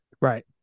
Right